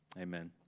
Amen